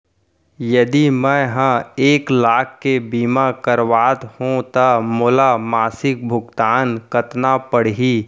यदि मैं ह एक लाख के बीमा करवात हो त मोला मासिक भुगतान कतना पड़ही?